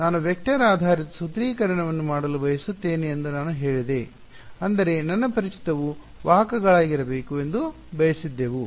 ನಾನು ವೆಕ್ಟರ್ ಆಧಾರಿತ ಸೂತ್ರೀಕರಣವನ್ನು ಮಾಡಲು ಬಯಸುತ್ತೇನೆ ಎಂದು ನಾನು ಹೇಳಿದೆ ಅಂದರೆ ನನ್ನ ಅಪರಿಚಿತವು ವಾಹಕಗಳಾಗಿರಬೇಕು ಎಂದು ಬಯಸಿದ್ದೆವು